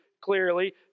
clearly